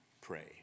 pray